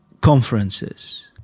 conferences